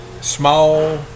small